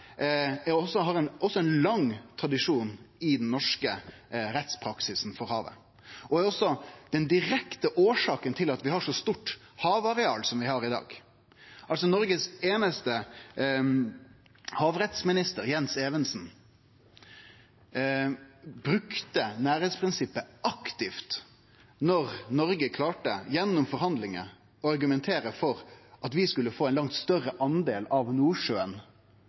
har ein lang tradisjon i den norske rettspraksisen for havet og er også den direkte årsaka til at vi har eit så stort havareal som vi har i dag. Noregs einaste havrettsminister, Jens Evensen, brukte nærleiksprinsippet aktivt da Noreg gjennom forhandlingar klarte å argumentere for at vi skulle få ein langt større del av Nordsjøen